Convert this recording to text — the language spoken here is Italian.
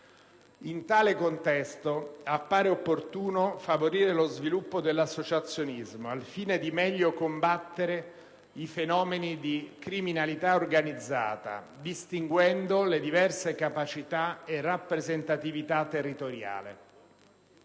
In tale contesto, appare opportuno favorire lo sviluppo dell'associazionismo al fine di meglio combattere i fenomeni di criminalità organizzata, distinguendo le diverse capacità e rappresentatività territoriali.